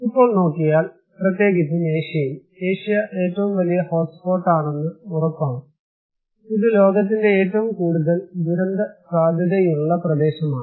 ഇപ്പോൾനോക്കിയാൽ പ്രത്യേകിച്ചും ഏഷ്യയിൽ ഏഷ്യ ഏറ്റവും വലിയ ഹോട്ട് സ്പോട്ടാണെന്ന് ഉറപ്പാണ് ഇത് ലോകത്തിലെ ഏറ്റവും കൂടുതൽ ദുരന്ത സാധ്യതയുള്ള പ്രദേശമാണ്